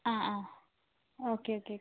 ആ ആ okay okay okay